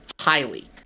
highly